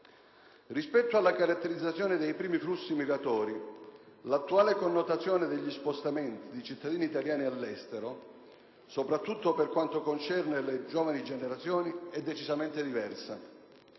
Rispetto alle caratterizzazioni dei primi flussi migratori, l'attuale connotazione degli spostamenti di cittadini italiani all'estero, soprattutto per quanto concerne le giovani generazioni, è decisamente diversa.